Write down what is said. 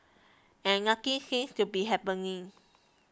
and nothing seems to be happening